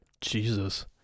Jesus